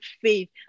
faith